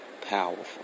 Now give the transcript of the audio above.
powerful